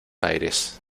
aires